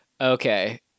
Okay